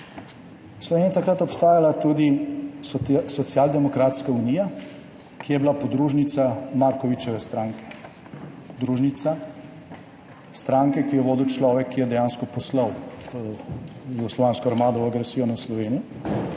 V Sloveniji je takrat obstajala tudi Socialdemokratska unija, ki je bila podružnica Markovićeve stranke, podružnica stranke, ki jo je vodil človek, ki je dejansko poslal jugoslovansko armado v agresijo na Slovenijo,